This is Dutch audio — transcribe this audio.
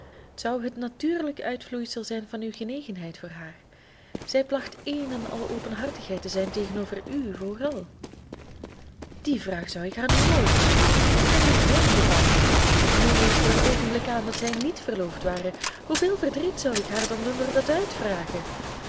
zou het natuurlijk uitvloeisel zijn van uw genegenheid voor haar zij placht één en al openhartigheid te zijn tegenover u vooral die vraag zou ik haar nooit willen doen in geen geval neem eens voor een oogenblik aan dat zij niet verloofd waren hoeveel verdriet zou ik haar dan doen door dat uitvragen